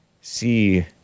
see